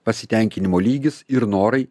pasitenkinimo lygis ir norai